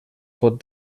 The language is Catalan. pot